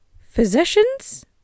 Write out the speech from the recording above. physicians